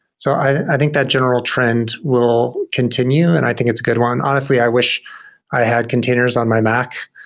so i think that general trend will continue and i think it's a good one. honestly, i wish i had containers on my mac.